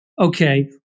okay